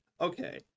okay